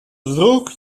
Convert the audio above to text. вдруг